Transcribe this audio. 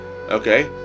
Okay